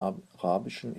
arabischen